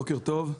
בוקר טוב.